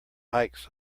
hikes